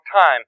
time